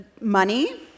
money